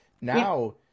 now